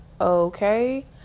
okay